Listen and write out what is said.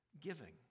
giving